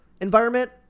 environment